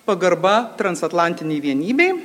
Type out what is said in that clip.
pagarba transatlantinei vienybei